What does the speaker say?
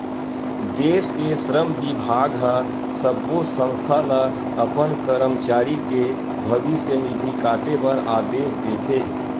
देस के श्रम बिभाग ह सब्बो संस्था ल अपन करमचारी के भविस्य निधि काटे बर आदेस देथे